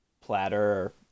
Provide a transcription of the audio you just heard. platter